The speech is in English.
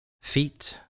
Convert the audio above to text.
feet